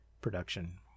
production